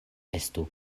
estu